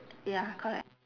ya correct